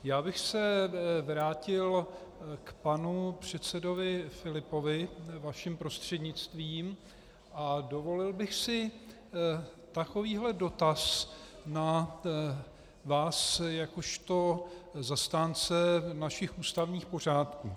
Já bych se vrátil k panu předsedovi Filipovi vaším prostřednictvím a dovolil bych si takovýhle dotaz na vás jakožto zastánce našich ústavních pořádků.